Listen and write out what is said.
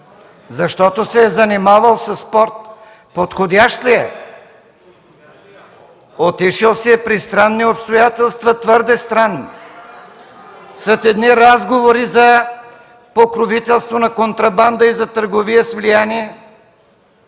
Защото се е занимавал със спорт, подходящ ли е? Отишъл си е при странни обстоятелства, твърде странни (шум и реплики от ГЕРБ), след едни разговори за покровителство на контрабанда и за търговия с влияние.